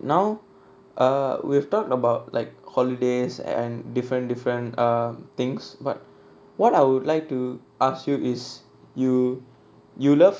now err we've talked about like holidays and different different err things but what I would like to ask you is you you love